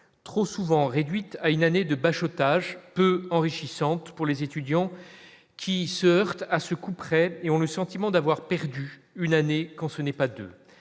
trop souvent réduite à une année de bachotage peu enrichissante pour les étudiants qui se heurte à ce couperet et ont le sentiment d'avoir perdu une année quand ce n'est pas 2,